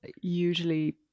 usually